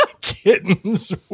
Kittens